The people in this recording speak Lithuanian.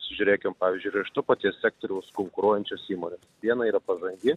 pasižiūrėkim pavyzdžiuiyra iš to paties sektoriaus konkuruojančios įmonės viena yra pažangi